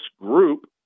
group